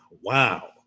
wow